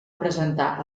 presentar